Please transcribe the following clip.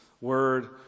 word